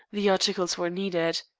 the articles were needed.